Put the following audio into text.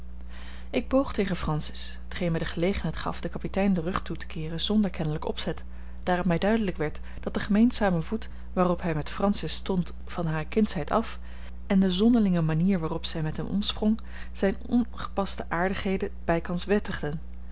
ik boog tegen francis t geen mij de gelegenheid gaf den kapitein den rug toe te keeren zonder kennelijk opzet daar het mij duidelijk werd dat de gemeenzame voet waarop hij met francis stond van hare kindsheid af en de zonderlinge manier waarop zij met hem omsprong zijne ongepaste aardigheden bijkans wettigden